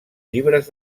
llibres